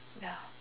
ya